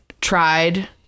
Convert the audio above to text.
tried